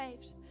saved